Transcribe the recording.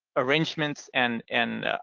arrangements and and